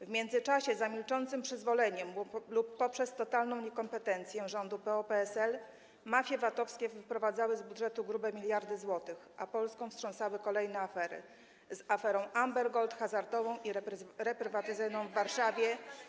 W międzyczasie, za milczącym przyzwoleniem lub przez totalną niekompetencję rządu PO-PSL, mafie VAT-owskie wyprowadzały z budżetu grube miliardy złotych, a Polską wstrząsały kolejne afery, z aferą Amber Gold, hazardową i reprywatyzacyjną w Warszawie.